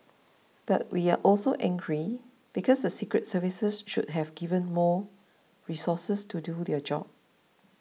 but we are also angry because the secret services should have been give more resources to do their job